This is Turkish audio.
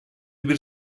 bir